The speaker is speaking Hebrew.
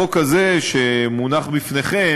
החוק הזה שמונח בפניכם,